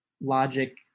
logic